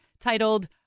titled